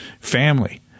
family